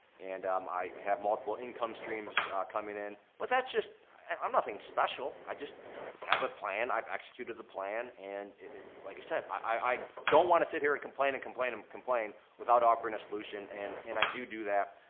and um i have multiple income streams coming in but that's just, i'm nothing special. i just have a plan, i've executed the plan and like i said, i don't want to sit here and complain and complain and complain without offering a solution and and i do do that.